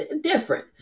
different